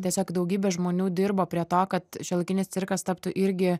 tiesiog daugybė žmonių dirbo prie to kad šiuolaikinis cirkas taptų irgi